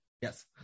Yes